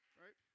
right